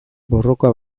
borroka